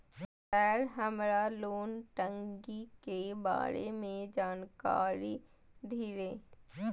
Sir हमरा loan टंगी के बारे में जान कारी धीरे?